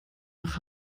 nach